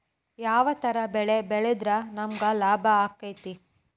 ಯಾವ ತರ ಬೆಳಿ ಬೆಳೆದ್ರ ನಮ್ಗ ಲಾಭ ಆಕ್ಕೆತಿ?